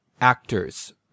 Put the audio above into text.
actors